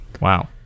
Wow